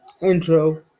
intro